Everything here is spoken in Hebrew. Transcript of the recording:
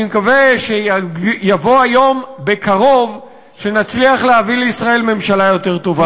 אני מקווה שיבוא בקרוב היום שנצליח להביא לישראל ממשלה יותר טובה.